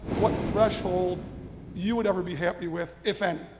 what threshold you would ever be happy with, if any.